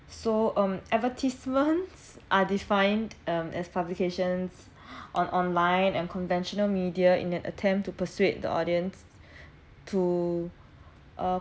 so um advertisements are defined um as publications on online and conventional media in an attempt to persuade the audience to uh